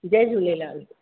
Jay Jhulelal